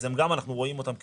אז אנחנו גם רואים אותם כעובדים.